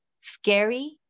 scary